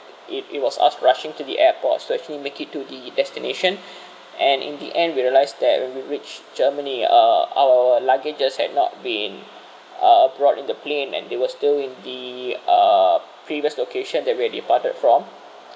it it was asked rushing to the airports to actually make it to the destination and in the end we realise that when we reached germany uh our luggages had not been a brought in the plane and they were still in the uh previous location that we're departed from